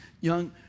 young